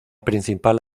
principal